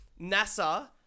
NASA